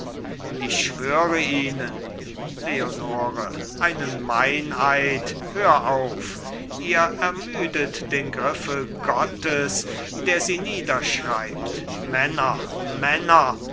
ich schwöre ihnen leonore einen meineid hör auf ihr ermüdet den griffel gottes der sie niederschreibt männer männer